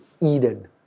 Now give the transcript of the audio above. Eden